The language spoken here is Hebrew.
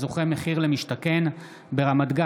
הארכת מועד נוספת לתחילת החזר המענקים לעצמאיים,